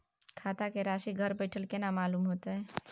खाता के राशि घर बेठल केना मालूम होते?